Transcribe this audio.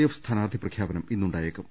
F സ്ഥാനാർഥി പ്രഖ്യാപനം ഇന്നുണ്ടായേക്കും